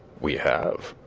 we have.